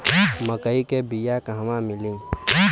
मक्कई के बिया क़हवा मिली?